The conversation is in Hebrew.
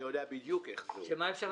אני יודע בדיוק איך זה הולך.